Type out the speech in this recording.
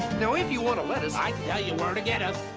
now, if you want a lettuce i'd tell you where to get us